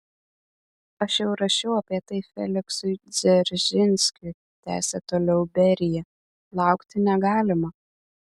aš jau rašiau apie tai feliksui dzeržinskiui tęsė toliau berija laukti negalima